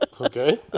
Okay